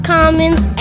Commons